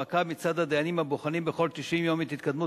מעקב מצד הדיינים הבוחנים בכל 90 יום את התקדמות